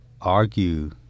argue